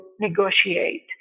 negotiate